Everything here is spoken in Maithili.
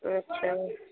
अच्छा